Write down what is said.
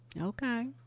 Okay